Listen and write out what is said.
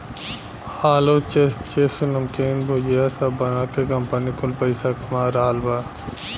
आलू से चिप्स, नमकीन, भुजिया सब बना के कंपनी कुल पईसा कमा रहल बा